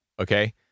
okay